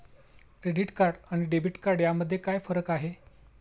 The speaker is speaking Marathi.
क्रेडिट कार्ड आणि डेबिट कार्ड यामध्ये काय फरक आहे?